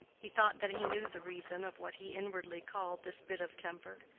he thought that he knew the reason of what he inwardly called this bit of temper,